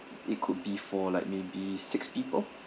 it could be for like maybe six people